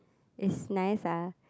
it's nice ah